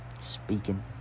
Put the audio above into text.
speaking